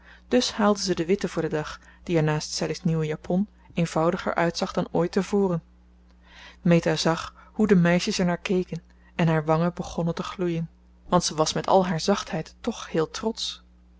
dus haalde ze de witte voor den dag die er naast sallie's nieuwe japon eenvoudiger uitzag dan ooit tevoren meta zag hoe de meisjes er naar keken en haar wangen begonnen te gloeien want ze was met al haar zachtheid toch heel trotsch